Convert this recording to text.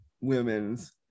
women's